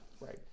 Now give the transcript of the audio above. right